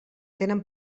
tenen